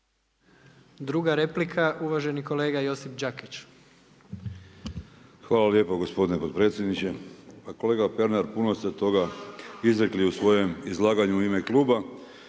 Druga replika, uvaženi kolega Josip Đakić. **Đakić, Josip (HDZ)** Hvala lijepo gospodine potpredsjedniče. Kolega Pernar puno ste toga izrekli u svojem izlaganju u ime kluba,